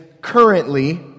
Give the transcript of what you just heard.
currently